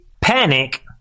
panic